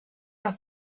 auf